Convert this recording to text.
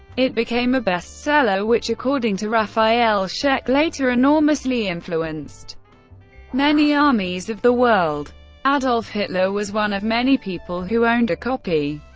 it became a bestseller, which, according to raffael scheck, later enormously influenced many armies of the world adolf hitler was one of many people who owned a copy.